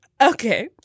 okay